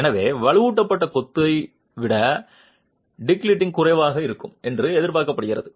எனவே வலுவூட்டப்பட்ட கொத்து விட டக்டிலிட்டி குறைவாக இருக்கும் என்று எதிர்பார்க்கப்படுகிறது